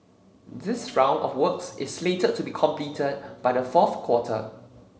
this round of works is slated to be completed by the fourth quarter